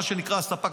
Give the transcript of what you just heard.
מה שנקרא ספ"כ,